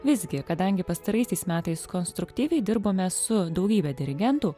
visgi kadangi pastaraisiais metais konstruktyviai dirbome su daugybe dirigentų